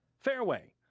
fareway,